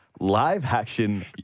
live-action